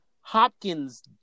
Hopkins